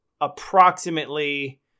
approximately